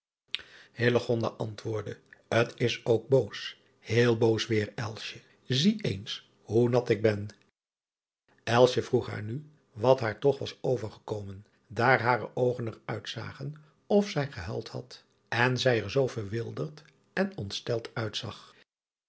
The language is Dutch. t s ook boos heel boos weêr zie eens hoe nat ik ben vroeg haar nu wat haar toch was overgekomen daar hare oogen er uitzagen of zij gehuild had en zij er zoo verwilderd en ontsteld uitzag